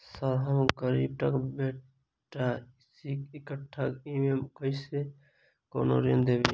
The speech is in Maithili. सर हम गरीबक बेटा छी एकटा ई.एम.आई वला कोनो ऋण देबै?